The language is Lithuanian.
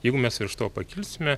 jeigu mes iš to pakilsime